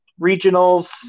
Regionals